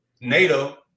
NATO